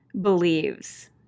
believes